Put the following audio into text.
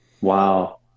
Wow